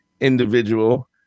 individual